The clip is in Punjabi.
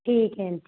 ਠੀਕ ਹੈ ਆਂਟੀ